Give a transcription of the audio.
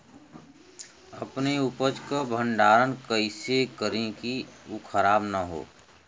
अपने उपज क भंडारन कइसे करीं कि उ खराब न हो?